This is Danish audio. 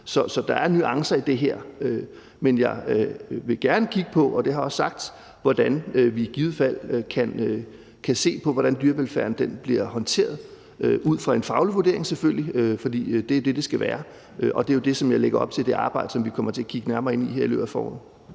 Så der er nuancer i det her. Men jeg vil gerne kigge på – og det har jeg også sagt – hvordan vi i givet fald kan se på, hvordan dyrevelfærden bliver håndteret, ud fra en faglig vurdering selvfølgelig, for det er det, det skal være. Og det er jo det, som jeg lægger op til, altså det arbejde, som vi kommer til at kigge nærmere ind i her i løbet af foråret.